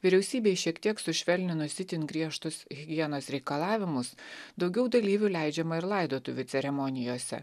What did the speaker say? vyriausybei šiek tiek sušvelninus itin griežtus higienos reikalavimus daugiau dalyvių leidžiama ir laidotuvių ceremonijose